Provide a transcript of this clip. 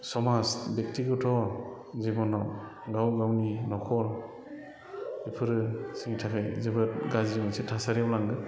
समाज बेखथिगथ' जिबनाव गाव गावनि न'खर बेफोरो जोंनि थाखाय जोबोद गाज्रि मोनसे थासारियाव लाङो